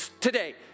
Today